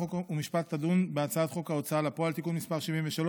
חוק ומשפט תדון בהצעת חוק ההוצאה לפועל (תיקון מס' 73)